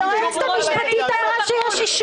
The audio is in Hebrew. היועצת המשפטית אמרה שיש אישור.